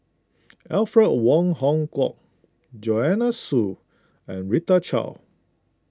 Alfred Wong Hong Kwok Joanne Soo and Rita Chao